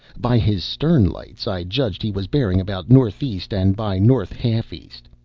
by his stern lights i judged he was bearing about northeast-and-by-north-half-east.